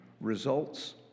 results